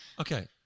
Okay